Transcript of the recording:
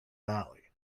valley